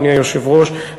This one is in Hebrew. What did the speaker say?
אדוני היושב-ראש,